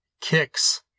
Kicks